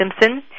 Simpson